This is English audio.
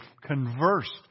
conversed